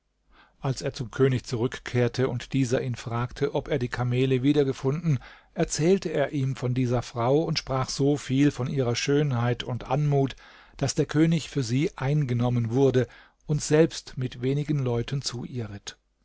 als er zum könig zurückkehrte und dieser ihn fragte ob er die kamele wiedergefunden erzählte er ihm von dieser frau und sprach so viel von ihrer schönheit und anmut daß der könig für sie eingenommen wurde und selbst mit wenigen leuten zu ihr